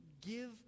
give